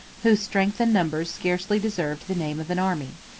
whose strength and numbers scarcely deserved the name of an army.